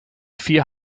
vier